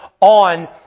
on